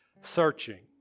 searching